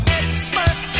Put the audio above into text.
expert